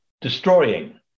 destroying